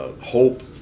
Hope